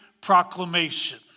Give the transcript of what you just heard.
proclamation